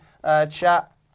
chat